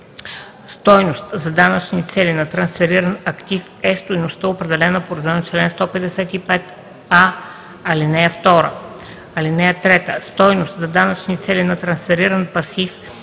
Стойност за данъчни цели на трансфериран актив е стойността, определена по реда на чл. 155а, ал. 2. (3) Стойност за данъчни цели на трансфериран пасив е счетоводната